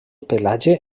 pelatge